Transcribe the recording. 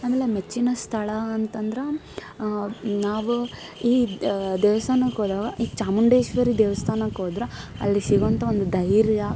ಆಮೇಲೆ ಮೆಚ್ಚಿನ ಸ್ಥಳ ಅಂತಂದ್ರೆ ನಾವು ಈ ದೇವಸ್ಥಾನಕ್ಕೆ ಹೋದಾಗ ಈ ಚಾಮುಂಡೇಶ್ವರಿ ದೇವಸ್ಥಾನಕ್ಕೆ ಹೋದ್ರೆ ಅಲ್ಲಿ ಸಿಗುವಂಥ ಒಂದು ಧೈರ್ಯ